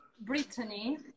Brittany